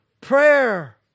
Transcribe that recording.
prayer